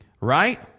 Right